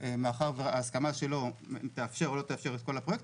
מאחר וההסכמה שלו תאפשר או לא תאפשר את כל הפרויקט,